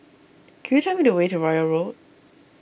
could you tell me the way to Royal Road